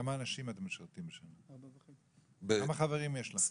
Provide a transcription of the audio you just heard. כמה חברים יש לכם?